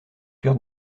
cœur